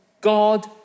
God